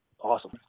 awesome